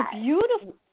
beautiful